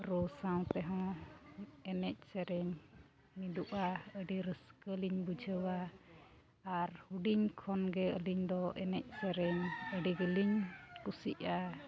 ᱨᱩ ᱥᱟᱶ ᱛᱮᱦᱚᱸ ᱮᱱᱮᱡᱼᱥᱮᱨᱮᱧ ᱢᱤᱫᱩᱜᱼᱟ ᱟᱹᱰᱤ ᱨᱟᱹᱥᱠᱟᱹ ᱞᱤᱧ ᱵᱩᱡᱷᱟᱹᱣᱟ ᱟᱨ ᱦᱩᱰᱤᱧ ᱠᱷᱚᱱ ᱜᱮ ᱟᱹᱞᱤᱧ ᱫᱚ ᱮᱱᱮᱡᱼᱥᱮᱨᱮᱧ ᱟᱹᱰᱤ ᱜᱮᱞᱤᱧ ᱠᱩᱥᱤᱜᱼᱟ